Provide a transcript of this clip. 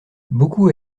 beaucoup